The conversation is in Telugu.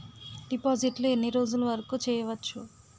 డిపాజిట్లు ఎన్ని రోజులు వరుకు చెయ్యవచ్చు?